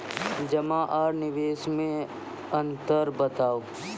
जमा आर निवेश मे अन्तर बताऊ?